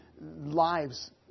lives